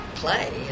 play